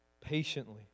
patiently